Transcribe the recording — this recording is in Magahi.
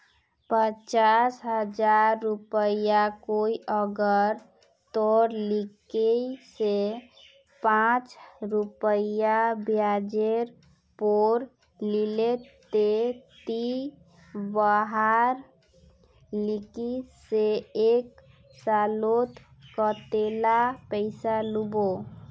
पचास हजार रुपया कोई अगर तोर लिकी से पाँच रुपया ब्याजेर पोर लीले ते ती वहार लिकी से एक सालोत कतेला पैसा लुबो?